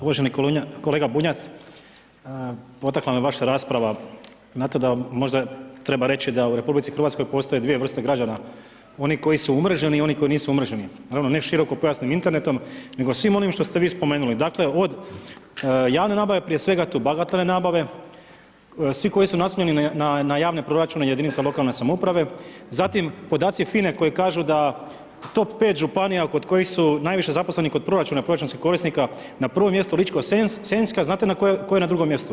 Uvaženi kolega Bunjac, potakla me vaša rasprava, na to da možda treba reći da u RH postoje 2 vrste građana, oni koji su umreženi i oni koji nisu umreženi, naravno ne širokopojasnim internetom, nego svim onim što ste vi spomenuli, dakle, od javne nabave, prije svega tu bagatelne nabave, svi koji su namijenjeni na javne proračune i jedinice lokalne samouprave, zatim, podaci FINA-e koji kažu da top 5 županija kod kojih su najviše zaposleni, kod proračuna, proračunskih korisnika, na prvom mjestu Ličko senjska, znate tko je na 2 mjestu?